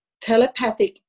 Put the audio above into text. telepathic